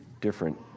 different